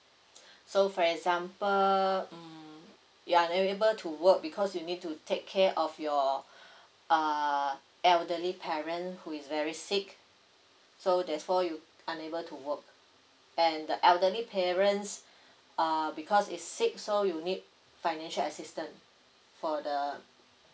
so for example um you are unable to work because you need to take care of your uh elderly parent who is very sick so that's for you unable to work and the elderly parents uh because is sick so you need financial assistance for the